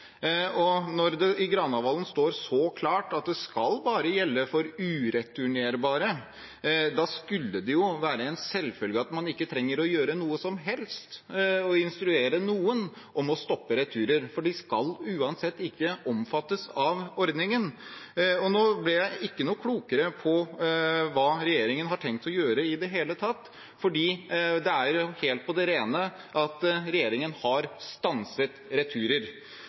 Når det i Granavolden-plattformen står så klart at det bare skal gjelde for ureturnerbare, skulle det jo være en selvfølge at man ikke trenger å gjøre noe som helst og instruere noen om å stoppe returer, for de skal uansett ikke omfattes av ordningen. Nå ble jeg ikke noe klokere på hva regjeringen har tenkt å gjøre i det hele tatt, for det er helt på det rene at regjeringen har stanset returer.